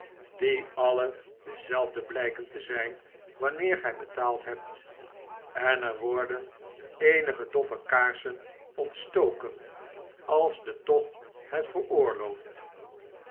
die alle dezelfde blpen te zyn wanneer gij betaald hebt en er worden eenige doffe kaarsen ontstoken i als de tocht het veroorlooft